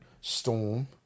Storm